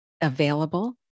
available